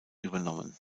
übernommen